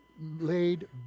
laid